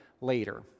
later